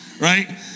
right